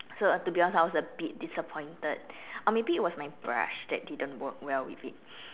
so to be honest I was a bit disappointed or maybe it was my brush that didn't work well with it